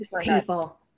People